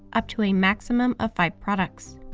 up to a maximum of five products.